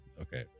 Okay